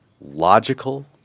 logical